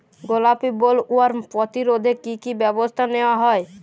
গোলাপী বোলওয়ার্ম প্রতিরোধে কী কী ব্যবস্থা নেওয়া হয়?